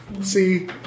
See